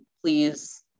please